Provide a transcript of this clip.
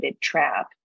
trap